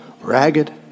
ragged